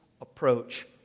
approach